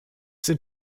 sind